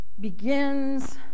begins